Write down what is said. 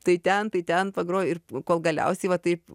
tai ten tai ten pagroju ir kol galiausiai va taip